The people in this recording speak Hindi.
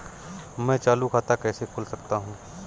मैं चालू खाता कैसे खोल सकता हूँ?